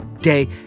day